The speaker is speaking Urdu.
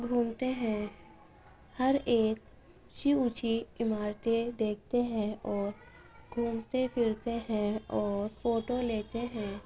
گھومتے ہیں ہر ایک اونچی اونچی عمارتیں دیکھتے ہیں اور گھومتے پھرتے ہیں اور فوٹو لیتے ہیں